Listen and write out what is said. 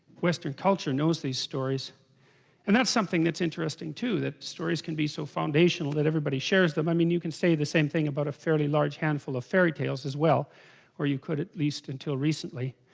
western culture knows these stories and that's something that's interesting too that stories can so foundational that everybody shares them i mean you can say the same thing about a fairly large handful of fairy tales as well or you could at least until recently